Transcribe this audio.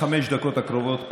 בחמש הדקות הקרובות,